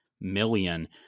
million